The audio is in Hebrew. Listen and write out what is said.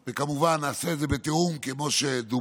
וכמובן, נעשה את זה בתיאום, כמו שדובר.